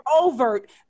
Overt